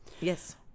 Yes